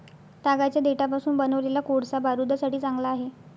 तागाच्या देठापासून बनवलेला कोळसा बारूदासाठी चांगला आहे